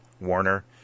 Warner